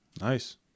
Nice